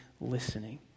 listening